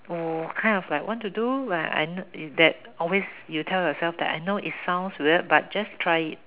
wh~ kind of like want to do but I know that always you tell yourself that I know it sounds weird but just try it